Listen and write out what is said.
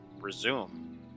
resume